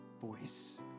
voice